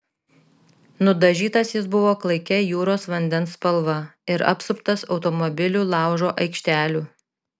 nudažytas jis buvo klaikia jūros vandens spalva ir apsuptas automobilių laužo aikštelių